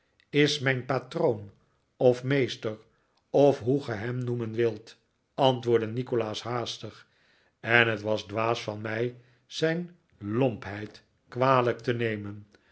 is mijn patroon of meester of hoe ge hem noemen wilt antwoordde nikolaas haastig en het was dwaas van mij zijn lompheid kwalijk te nemen